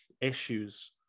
issues